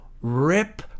rip